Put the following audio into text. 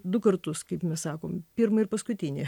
du kartus kaip mes sakom pirmą ir paskutinį